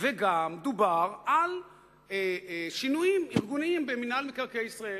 על שינויים ארגוניים במינהל מקרקעי ישראל,